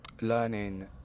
learning